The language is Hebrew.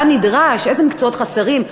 מה נדרש, איזה מקצועות חסרים.